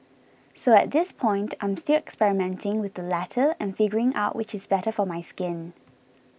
so at this point I'm still experimenting with the latter and figuring out which is better for my skin